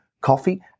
coffee